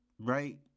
right